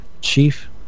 Chief